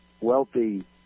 wealthy